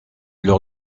leur